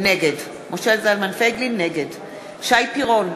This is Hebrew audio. נגד שי פירון,